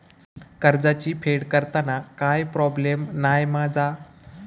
कर्जाची फेड करताना काय प्रोब्लेम नाय मा जा?